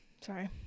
sorry